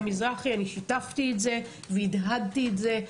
מזרחי אני שיתפתי את זה והדהדתי את זה.